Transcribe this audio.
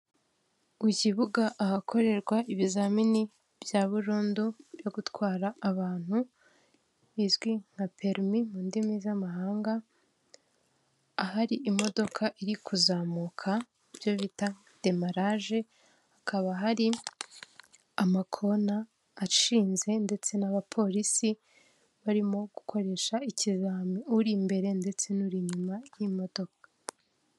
Ku kibuga ahakorerwa ibizamini bya burundu byo gutwara abantu, bizwi nka perimi mu ndimi z'amahanga, ahari imodoka iri kuzamuka ibyo bita demaraje, hakaba hari amakona ashinze ndetse n'abapolisi barimo gukoresha ikizamini, uri imbere ndetse n'uri inyuma y'imodoka.